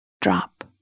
drop